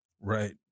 Right